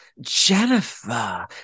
Jennifer